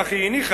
כך היא הניחה,